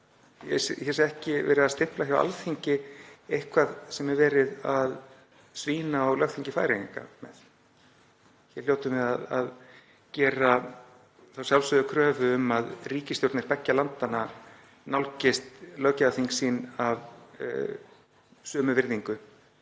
hér sé ekki verið að stimpla hjá Alþingi eitthvað sem er verið að svína á lögþingi Færeyinga með. Við hljótum að gera þá sjálfsögðu kröfu að ríkisstjórnir beggja landa nálgist löggjafarþing sín af sömu virðingu.